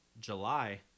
july